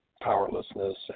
powerlessness